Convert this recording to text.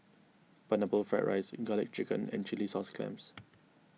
Pineapple Fried Rice Garlic Chicken and Chilli Sauce Clams